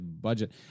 budget